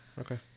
Okay